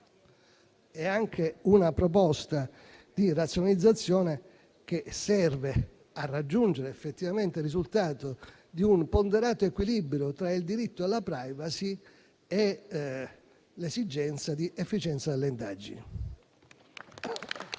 È anche una proposta di razionalizzazione che serve a raggiungere effettivamente il risultato di un ponderato equilibrio tra il diritto alla *privacy* e l'esigenza di efficienza delle indagini.